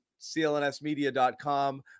clnsmedia.com